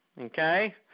okay